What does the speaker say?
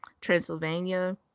transylvania